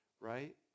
right